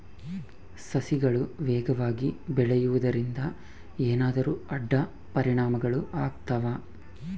ಸಸಿಗಳು ವೇಗವಾಗಿ ಬೆಳೆಯುವದರಿಂದ ಏನಾದರೂ ಅಡ್ಡ ಪರಿಣಾಮಗಳು ಆಗ್ತವಾ?